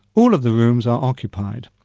all of the rooms are occupied.